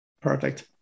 Perfect